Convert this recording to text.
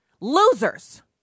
losers